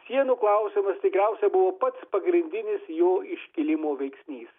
sienų klausimas tikriausiai buvo pats pagrindinis jo iškilimo veiksnys